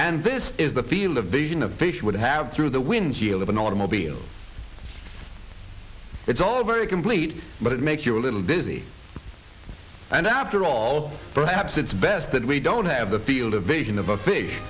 and this is the field of vision a vision would have through the windshield of an automobile it's all very complete but it makes you a little dizzy and after all perhaps it's best that we don't have